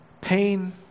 pain